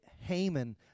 Haman